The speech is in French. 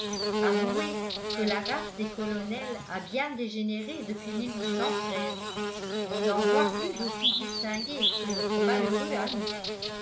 avouez que la race des colonels a bien dégénéré depuis on n'en voit plus d'aussi distingués que notre malheureux ami